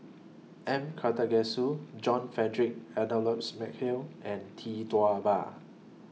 M Karthigesu John Frederick Adolphus Mcnair and Tee Tua Ba